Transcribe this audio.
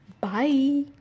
Bye